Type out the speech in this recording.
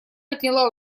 отняла